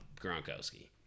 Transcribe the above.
Gronkowski